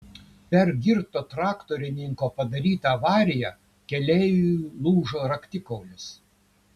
per girto traktorininko padarytą avariją keleiviui lūžo raktikaulis